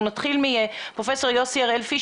אנחנו נתחיל מפרופסור יוסי הראל פיש.